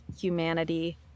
humanity